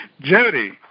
Jody